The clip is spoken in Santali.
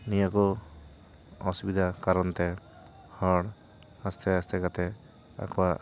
ᱱᱤᱭᱟᱹ ᱠᱚ ᱚᱥᱩᱵᱤᱫᱟ ᱠᱟᱨᱚᱱ ᱛᱮ ᱦᱚᱲ ᱟᱥᱛᱮ ᱟᱥᱛᱮ ᱠᱟᱛᱮ ᱟᱠᱚᱣᱟᱜ